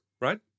right